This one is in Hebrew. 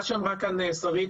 מה שאמרה כאן שרית